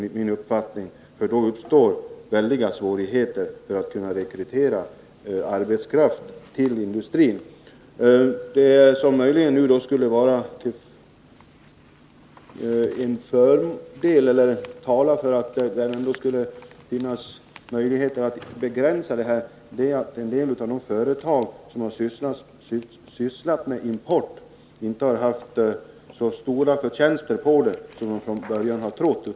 I så fall uppstår väldiga svårigheter när det gäller att rekrytera arbetskraft till industrin. Vad som nu möjligen skulle tala för att det ändå finns möjligheter till en begränsning är att en del av de företag som sysslat med import inte har haft så stora förtjänster på sin verksamhet som man från början hade hoppats på.